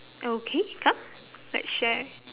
okay come let's share